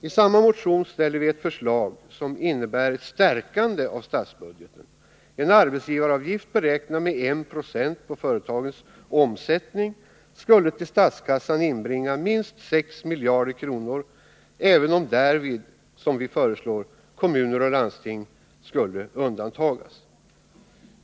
I samma motion ställer vi ett förslag som innebär ett stärkande av statsbudgeten. En arbetsgivaravgift beräknad med 1 96 på företagens omsättning skulle till statskassan inbringa minst 6 miljarder kr., även om därvid — som vi föreslår — kommuner och landsting skulle undantas.